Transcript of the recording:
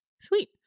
Sweet